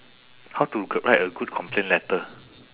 how to c~ write a good complain letter